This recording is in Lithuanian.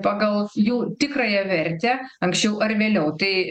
pagal jų tikrąją vertę anksčiau ar vėliau tai